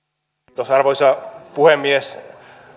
arvoisa arvoisa puhemies